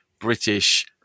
British